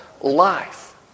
life